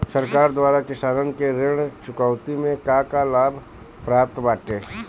सरकार द्वारा किसानन के ऋण चुकौती में का का लाभ प्राप्त बाटे?